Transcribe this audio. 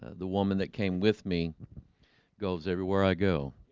the woman that came with me goes everywhere i go